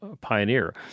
pioneer